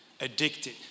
addicted